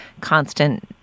constant